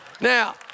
Now